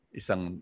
isang